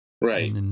Right